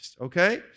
Okay